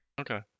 Okay